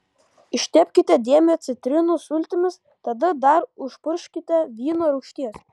ištepkite dėmę citrinų sultimis tada dar užpurkškite vyno rūgšties